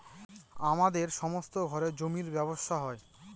আমাদের সমস্ত ঘরে জমির ব্যবসা হয়